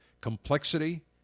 complexity